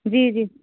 जी जी